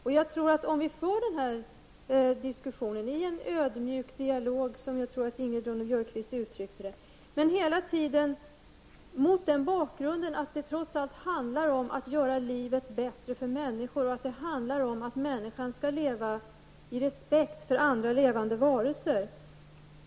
Om vi diskuterar dessa saker i en, som jag tror att Ingrid Ronne-Björkqvist uttryckte det, ödmjuk dialog, medverkar vi till att det blir goda förutsättningar för en sådan här diskussion. Hela tiden måste vi ha i åtanke att det trots allt handlar om att göra livet bättre för människor och om att människan skall hysa respekt för andra levande varelser.